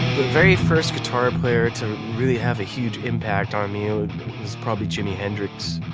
very first guitar player to really have a huge impact on me ah and was probably jimi hendrix.